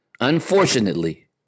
unfortunately